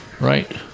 Right